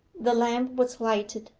the lamp was lighted,